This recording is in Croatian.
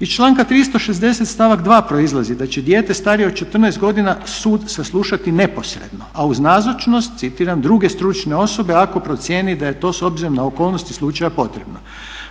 Iz članka 360. stavak 2. proizlazi da će dijete starije od 14 godina sud saslušati neposredno, a uz nazočnost citiram: ″druge stručne osobe, ako procijeni da je to s obzirom na okolnosti slučaja potrebno″.